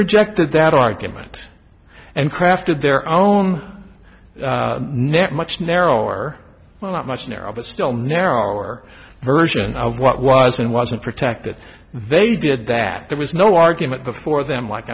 rejected that argument and crafted their own net much narrower well not much narrower but still narrower version of what was and wasn't protected they did that there was no argument before them like